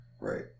Right